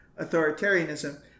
authoritarianism